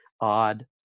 odd